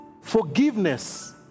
forgiveness